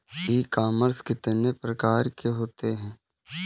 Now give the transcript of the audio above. E commerce कितने प्रकार के होते हैं?